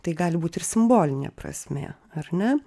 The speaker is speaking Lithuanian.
tai gali būt ir simbolinė prasmė ar ne